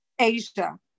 Asia